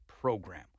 program